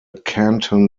canton